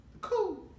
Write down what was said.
cool